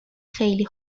خیلی